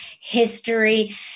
history